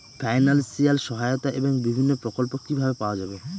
Financial সহায়তা এবং বিভিন্ন প্রকল্প কিভাবে পাওয়া যাবে?